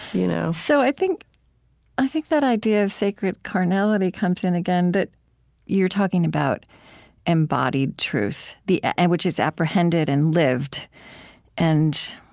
you know so i think i think that idea of sacred carnality comes in again that you're talking about embodied truth, and which is apprehended and lived and,